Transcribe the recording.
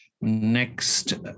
next